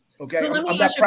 okay